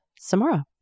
Samara